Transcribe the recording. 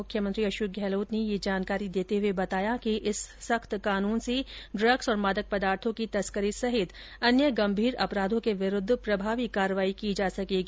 मुख्यमंत्री अशोक गहलोत ने ये जानकारी देते हए बताया कि इस सख्त कानून से ड्रग्स और मादक पदार्थों की तस्करी सहित अन्य गंभीर अपराधों के विरूद्व प्रभावी कार्रवाई संभव हो सकेगी